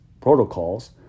Protocols